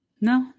No